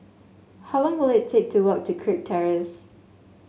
how long will it take to walk to Kirk Terrace